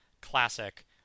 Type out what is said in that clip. classic